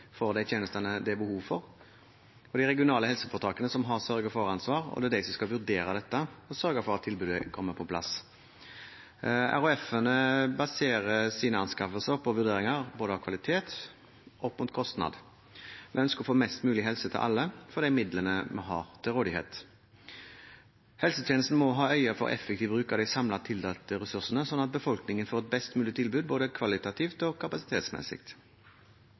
er de som skal vurdere dette og sørge for at tilbudet kommer på plass. RHF-ene baserer sine anskaffelser på vurderinger av både kvalitet og kostnad. De ønsker å få mest mulig helse til alle for de midlene vi har til rådighet. Helsetjenesten må ha for øye effektiv bruk av de samlede tildelte ressursene, slik at befolkningen får et best mulig tilbud både kvalitativt og kapasitetsmessig.